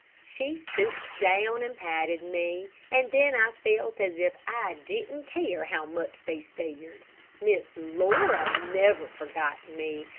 she stooped down and patted me, and then i felt as if i didn't care how much they stared. miss laura never forgot me.